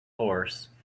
horse